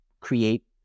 create